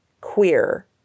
queer